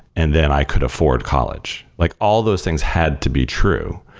and then i could afford college. like all those things had to be true.